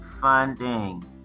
funding